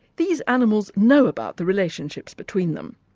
these animals know about the relationships between them.